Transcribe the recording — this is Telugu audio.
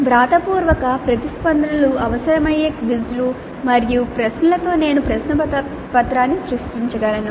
వ్రాతపూర్వక ప్రతిస్పందనలు అవసరమయ్యే క్విజ్లు మరియు ప్రశ్నలతో నేను ప్రశ్నపత్రాన్ని సృష్టించగలను